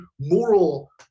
moral